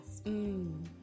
Mmm